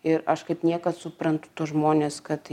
ir aš kaip niekad suprantu tuos žmones kad